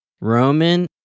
Roman